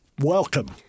welcome